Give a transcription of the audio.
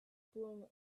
blown